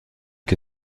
que